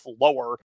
lower